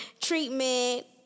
treatment